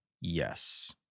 Yes